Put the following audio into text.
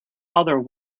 other